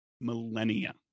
millennia